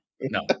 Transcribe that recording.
no